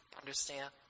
Understand